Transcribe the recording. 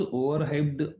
overhyped